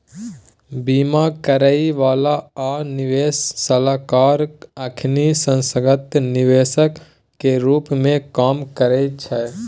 बीमा करइ बला आ निवेश सलाहकार अखनी संस्थागत निवेशक के रूप में काम करइ छै